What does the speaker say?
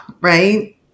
right